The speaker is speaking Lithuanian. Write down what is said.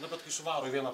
na bet kai suvaro į vieną